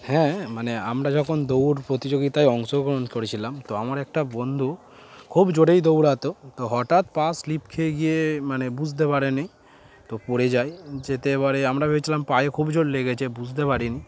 হ্যাঁ মানে আমরা যখন দৌড় প্রতিযোগিতায় অংশগ্রহণ করেছিলাম তো আমার একটা বন্ধু খুব জোরেই দৌড়াত তো হঠাৎ পা স্লিপ খেয়ে গিয়ে মানে বুঝতে পারেনি তো পড়ে যায় যেতে এবারে আমরা ভেবেছিলাম পায়ে খুব জোর লেগেছে বুঝতে পারিনি